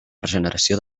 regeneració